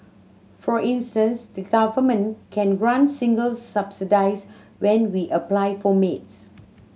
for instance the Government can grant singles subsidies when we apply for maids